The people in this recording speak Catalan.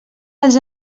dels